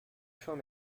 champ